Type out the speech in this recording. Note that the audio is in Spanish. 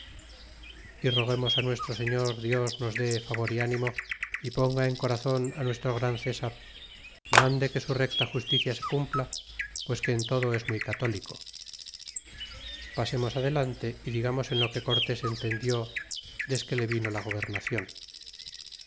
y roguemos á nuestro señor dios nos dé favor y ánimo y ponga en comon á nuestro gran cesar mande que su recta justicia se cumpla pues que en todo es muy católico pasemos adelante y digamos en lo que cortés entendió desque le vino la gabernaclon